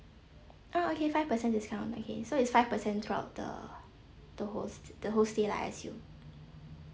oh okay five percent discount okay so it's five percent throughout the the whole st~ the whole stay lah I assume